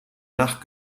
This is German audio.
nach